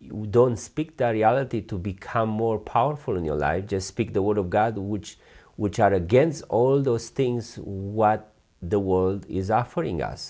you don't speak to reality to become more powerful in your life just speak the word of god which which are against all those things what the world is offering us